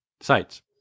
sites